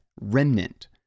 remnant